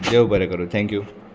देव बरें करूं थँक्यू